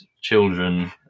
children